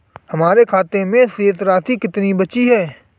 हमारे खाते में शेष राशि कितनी बची है?